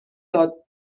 داد